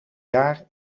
jaar